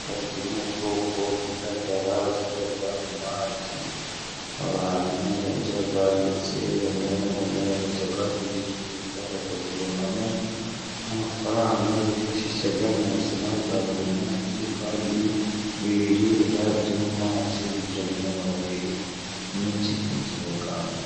Ifi ziri mu bwoko bw'indagara ziba mu mazi abantu barya, ndetse bamwe na bamwe bajya kuzicuruza bakazibonamo amafaranga bifashisha mu buzima bwa buri munsi, kandi ibi biribwa byo mu mazi bigira intungamubiri nyinshi ku buzima bwa muntu.